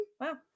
Wow